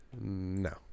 No